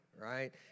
right